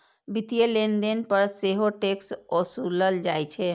वित्तीय लेनदेन पर सेहो टैक्स ओसूलल जाइ छै